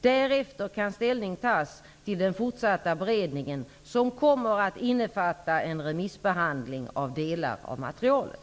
Därefter kan ställning tas till den fortsatta beredningen, som kommer att innefatta en remissbehandling av delar av materialet.